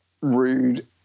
rude